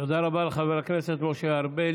תודה רבה לחבר הכנסת משה ארבל.